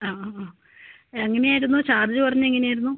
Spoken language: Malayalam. ആ ആ ആ എങ്ങനെ ആയിരുന്നു ചാർജ് പറഞ്ഞത് എങ്ങനെ ആയിരുന്നു